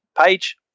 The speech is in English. page